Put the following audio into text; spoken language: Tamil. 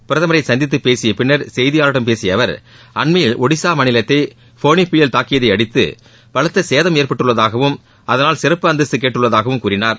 பிரதமரை சந்தித்துப் பேசிய பின்னர் செய்தியாளர்களிடம் பேசிய அவர் அண்மையில் ஒடிசா மாநிலத்தை ஃபோனி புயல் தாக்கியதை அடுத்து பலத்த சேதம் ஏற்பட்டுள்ளதாகவும் அதனால் சிறப்பு அந்தஸ்த்து கேட்டுள்ளதாகவும் கூறினார்